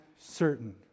certain